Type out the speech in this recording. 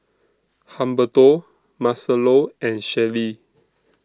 Humberto Marcelo and Shelli